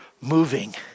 moving